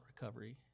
recovery